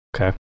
Okay